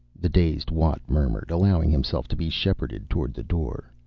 the dazed watt murmured, allowing himself to be shepherded toward the door.